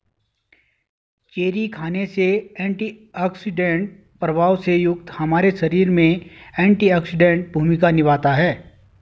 cherry खाने से antioxidant प्रभाव से युक्त हमारे शरीर में एंटीऑक्सीडेंट भूमिका निभाता है